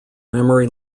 memory